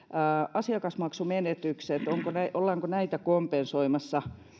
asiakasmaksumenetykset ollaanko näitä kompensoimassa